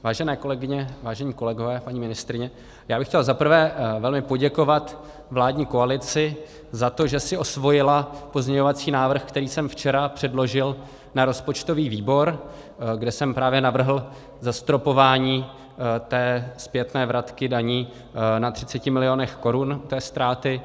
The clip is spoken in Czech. Vážené kolegyně, vážení kolegové, paní ministryně, zaprvé bych chtěl velmi poděkovat vládní koalici za to, že si osvojila pozměňovací návrh, který jsem včera předložil na rozpočtový výbor, kde jsem právě navrhl zastropování zpětné vratky daní na 30 milionech korun ztráty.